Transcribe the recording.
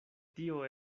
tio